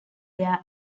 there